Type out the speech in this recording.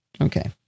okay